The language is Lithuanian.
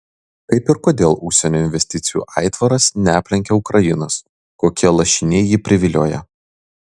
kaip ir kodėl užsienio investicijų aitvaras neaplenkia ukrainos kokie lašiniai jį privilioja